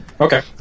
Okay